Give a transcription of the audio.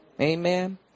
Amen